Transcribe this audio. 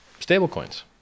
Stablecoins